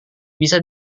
bisa